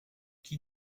qui